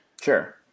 Sure